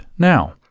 Now